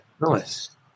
Nice